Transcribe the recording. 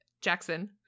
Jackson